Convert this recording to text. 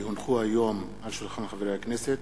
כי הונחו היום על שולחן הכנסת